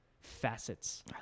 facets